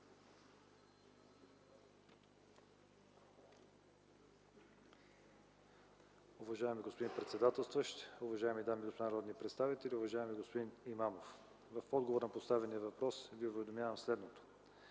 Уважаеми господин председателстващ, уважаеми дами и господа народни представители! Уважаеми господин Имамов, в отговор на поставения въпрос Ви уведомявам следното.